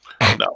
No